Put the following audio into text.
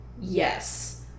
yes